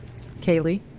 Kaylee